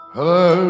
Hello